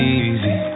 easy